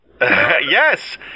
Yes